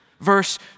Verse